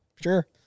sure